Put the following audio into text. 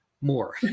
more